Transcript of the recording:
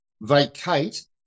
vacate